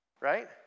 right